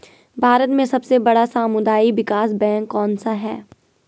भारत में सबसे बड़ा सामुदायिक विकास बैंक कौनसा है?